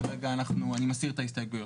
כרגע אני מסיר את ההסתייגויות.